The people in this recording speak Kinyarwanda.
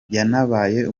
yanabaye